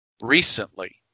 recently